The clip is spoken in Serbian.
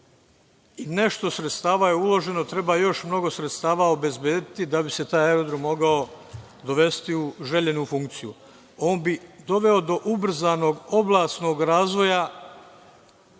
i nešto sredstava je uloženo. Treba još mnogo sredstava obezbediti da bi se taj aerodrom mogao dovesti u željenu funkciju. On bi doveo do ubrzanog oblasnog razvoja